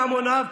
בהמוניו,